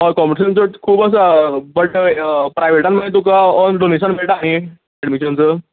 हय कोम्पीटीशन तुका खूब आसा बट प्रायवेटान मागीर तुका डॉनेशन मेळटा न्ही एडमीशन दिवन